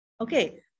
Okay